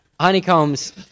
Honeycombs